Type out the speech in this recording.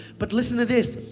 but listen to this,